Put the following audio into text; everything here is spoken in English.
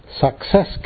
Success